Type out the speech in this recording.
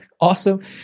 Awesome